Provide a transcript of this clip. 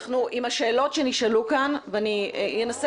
אנחנו עם השאלות שנשאלו כאן ואני אנסה